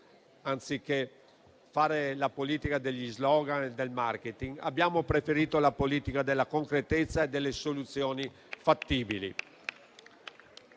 Anziché fare la politica degli *slogan* e del *marketing*, abbiamo preferito la politica della concretezza e delle soluzioni fattibili.